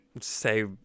say